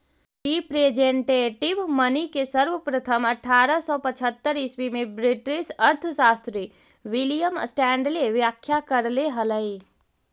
representative money के सर्वप्रथम अट्ठारह सौ पचहत्तर ईसवी में ब्रिटिश अर्थशास्त्री विलियम स्टैंडले व्याख्या करले हलई